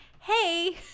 hey